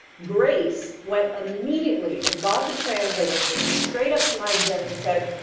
grace went immediately, and got the translator, came straight up to my jenn and said,